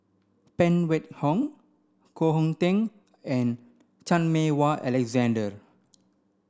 Phan Wait Hong Koh Hong Teng and Chan Meng Wah Alexander